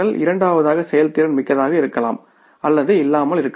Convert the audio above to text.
இரண்டாவதாக செயல்திறன் மிக்கதாக இருக்கலாம் அல்லது இல்லாமல் இருக்கலாம்